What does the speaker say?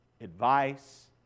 advice